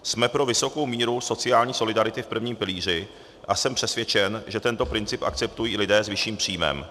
Jsme pro vysokou míru sociální solidarity v prvním pilíři a jsem přesvědčen, že tento princip akceptují i lidé s vyšším příjmem.